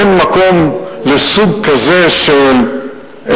אין מקום לסוג כזה של,